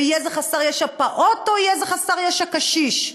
ויהיה זה חסר ישע פעוט או יהיה זה חסר ישע קשיש.